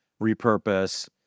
repurpose